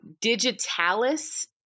digitalis